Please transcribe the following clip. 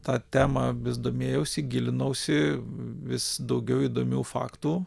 ta tema vis domėjausi gilinausi vis daugiau įdomių faktų